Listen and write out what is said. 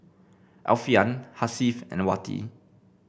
Alfian Hasif and Wati